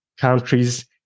countries